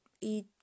eat